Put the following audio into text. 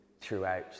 throughout